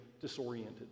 disoriented